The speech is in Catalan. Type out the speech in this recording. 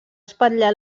espatllar